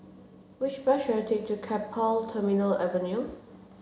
which bus should I take to Keppel Terminal Avenue